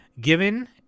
Given